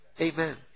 Amen